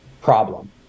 problem